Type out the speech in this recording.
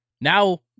Now